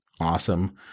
awesome